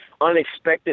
unexpected